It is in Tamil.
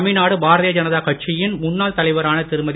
தமிழ்நாடு பாரதீய ஜனதா கட்சியின் முன்னாள் தலைவரான திருமதி